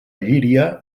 llíria